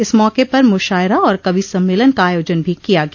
इस मौके पर मुशायरा और कवि सम्मेलन का आयोजन भी किया गया